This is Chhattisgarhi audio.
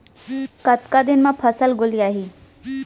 कतका दिन म फसल गोलियाही?